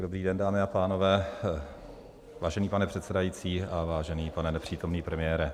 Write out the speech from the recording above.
Dobrý den, dámy a pánové, vážený pane předsedající a vážený pane nepřítomný premiére.